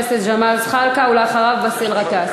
הצעירים ימשיכו לבכות על הדיור,